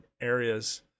areas